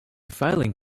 filing